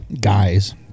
guys